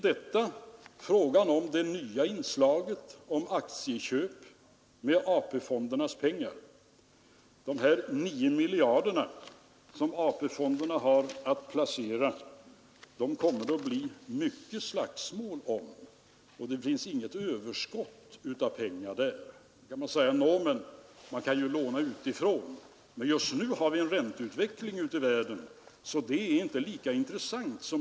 Detta skulle ha inneburit — om man fortsätter det här djärva räkneexemplet — att vi på nytt skulle ha varit i varje fall på en utomordentligt låg nivå i fråga om bytesbalansen. Det skulle säkerligen ha varit ett underskott, och vi skulle ha haft en låg valutareserv.